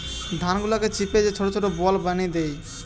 ধান গুলাকে চিপে যে ছোট ছোট বল বানি দ্যায়